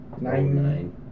nine